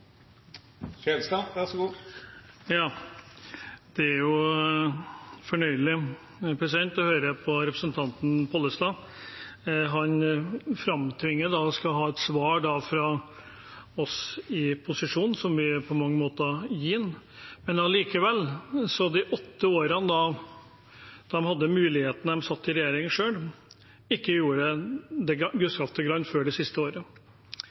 fornøyelig å høre på representanten Pollestad. Han framtvinger og vil ha et svar fra oss i posisjon som vi på mange måter har gitt ham. Likevel: I løpet av de åtte årene de satt i regjering selv og hadde muligheten, gjorde de ikke det minste grann, før det siste året.